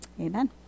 Amen